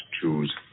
choose